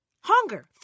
Hunger